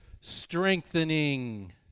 strengthening